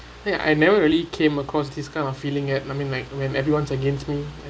ya I never really came across these kind of feeling eh I mean like when everyone's against me ya